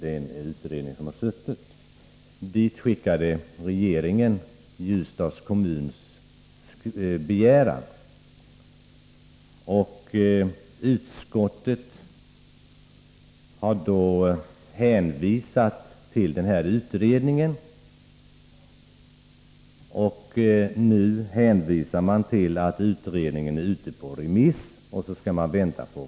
Utskottet har hänvisat till att denna utrednings betänkanden är ute på remiss och till att utfallet härav skall avvaktas.